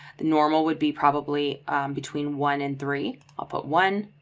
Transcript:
the normal would be probably between one and three, i'll put one